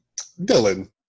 Dylan